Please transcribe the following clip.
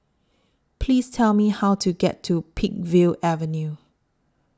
Please Tell Me How to get to Peakville Avenue